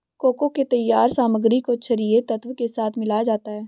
cocoa के तैयार सामग्री को छरिये तत्व के साथ मिलाया जाता है